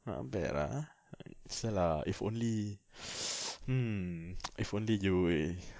not bad lah ah sia lah if only hmm if only you were